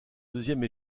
deuxième